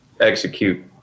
execute